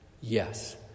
Yes